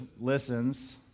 listens